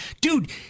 dude